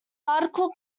article